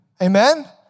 Amen